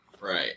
Right